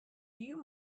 you